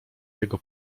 jego